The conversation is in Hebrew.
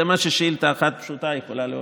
זה מה ששאילתה אחת פשוטה יכולה להוליד.